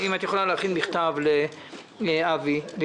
אם תוכלי להכין מכתב לאבי ניסנקורן,